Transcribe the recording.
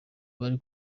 bari